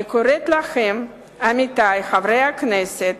אני קוראת לכם, עמיתי חברי הכנסת